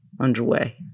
underway